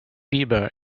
bieber